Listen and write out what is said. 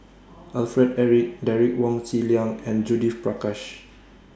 Alfred Eric Derek Wong Zi Liang and Judith Prakash